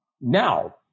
Now